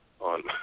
on